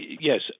Yes